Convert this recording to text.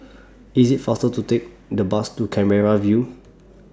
IT IS faster to Take The Bus to Canberra View